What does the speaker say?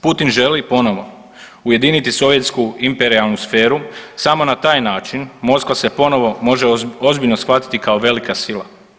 Putin želi ponovo ujediniti sovjetsku imperijalnu sferu, samo na taj način Moskva se ponovo može ozbiljno shvatiti kao velika sila.